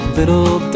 little